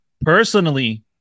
personally